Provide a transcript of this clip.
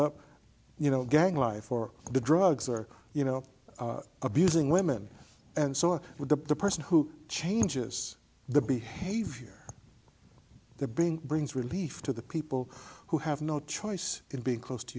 up you know gang life or the drugs or you know abusing women and so with the person who changes the behavior the being brings relief to the people who have no choice in being close to